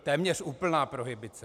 Téměř úplná prohibice.